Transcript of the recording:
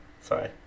Sorry